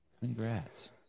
Congrats